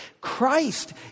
Christ